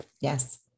yes